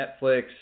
Netflix –